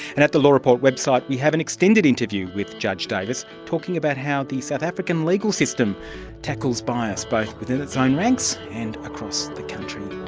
and at the law report website we have an extended interview with judge davis, talking about how the south african legal system tackles bias both within its own ranks and across the country.